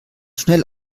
schnell